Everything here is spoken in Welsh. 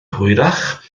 hwyrach